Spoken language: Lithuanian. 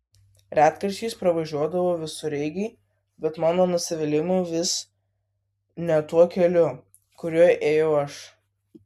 retkarčiais pravažiuodavo visureigiai bet mano nusivylimui vis ne tuo keliu kuriuo ėjau aš